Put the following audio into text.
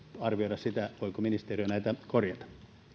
arvioida sitä voiko ministeriö näitä korjata